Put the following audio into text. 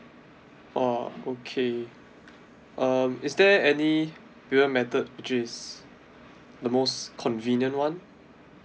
oh okay um is there any clear method which is the most convenient one